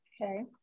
Okay